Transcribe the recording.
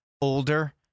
older